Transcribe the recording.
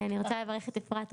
אני רוצה לברך את אפרת רייטן,